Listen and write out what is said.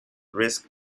risk